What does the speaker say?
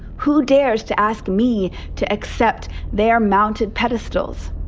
who dares to ask me to accept their mounted pedestals?